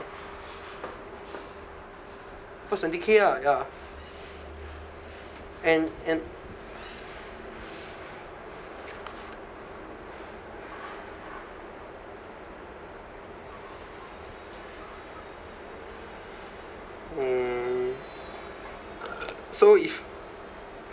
first twenty K ah ya and and mm so if